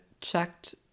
checked